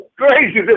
crazy